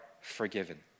forgiven